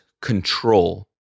control